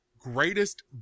greatest